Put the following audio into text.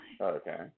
Okay